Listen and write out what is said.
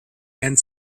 and